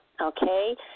Okay